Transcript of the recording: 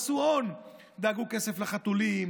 עשו הון: דאגו לכסף לחתולים,